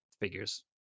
figures